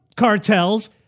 Cartels